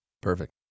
Perfect